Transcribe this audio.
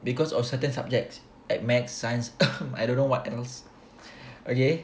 because of certain subjects at maths science I don't know what else okay